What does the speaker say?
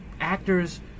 actors